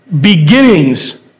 beginnings